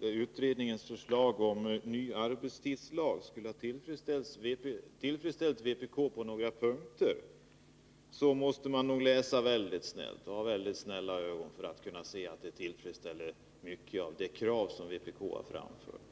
utredningens förslag om ny arbetstidslag skulle ha tillfredsställt vpk på några punkter. Menar man att detta tillfredsställer mycket av de krav som vpk har framfört, måste man nog läsa väldigt snällt.